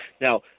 Now